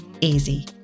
easy